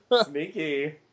Sneaky